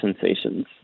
sensations